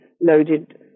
loaded